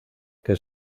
que